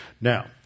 Now